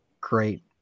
great